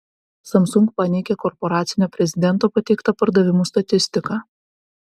samsung paneigė korporacinio prezidento pateiktą pardavimų statistiką